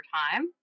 time